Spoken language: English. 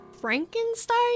Frankenstein